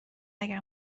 اگر